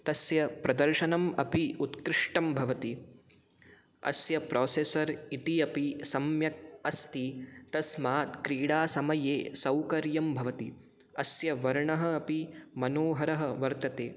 तस्य प्रदर्शनमपि उत्कृष्टं भवति अस्य प्रोसेसर् इति अपि सम्यक् अस्ति तस्मात् क्रीडासमये सौकर्यं भवति अस्य वर्णः अपि मनोहरः वर्तते